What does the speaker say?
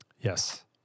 Yes